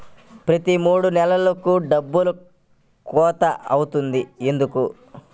ప్రతి మూడు నెలలకు డబ్బులు కోత అవుతుంది ఎందుకు?